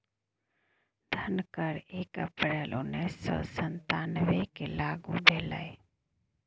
धन कर एक अप्रैल उन्नैस सौ सत्तावनकेँ लागू भेल